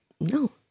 No